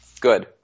Good